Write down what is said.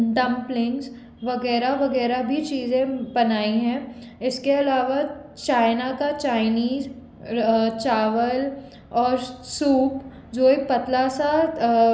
dumplings वगैरह वगैरह भी चीज़ें बनाई हैं इसके अलावा चाइना का चाइनीज़ चावल और सूप जो एक पतला सा